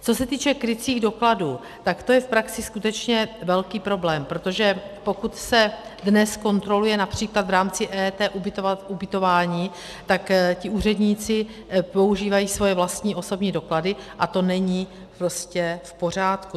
Co se týče krycích dokladů, tak to je v praxi skutečně velký problém, protože pokud se dnes kontroluje například v rámci EET ubytování, tak ti úředníci používají svoje vlastní osobní doklady a to není prostě v pořádku.